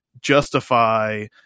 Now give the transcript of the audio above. justify –